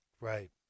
Right